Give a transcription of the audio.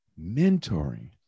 mentoring